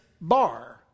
bar